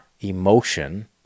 emotion